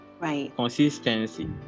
consistency